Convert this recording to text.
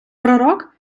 пророк